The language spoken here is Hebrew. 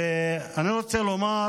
אני רוצה לומר,